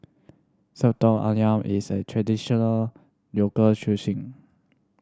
Soto Ayam is a traditional local